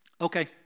Okay